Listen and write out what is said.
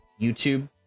YouTube